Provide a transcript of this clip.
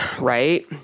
Right